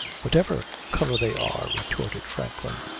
whatever colour they are, retorted franklin.